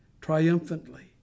triumphantly